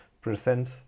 present